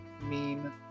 meme